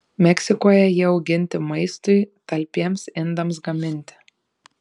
meksikoje jie auginti maistui talpiems indams gaminti